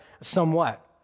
somewhat